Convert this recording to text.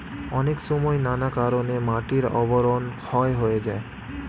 অনেক সময় নানা কারণে মাটির আবরণ ক্ষয় হয়ে যায়